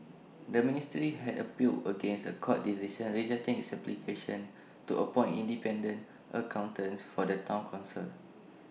the ministry had appealed against A court decision rejecting its application to appoint independent accountants for the Town Council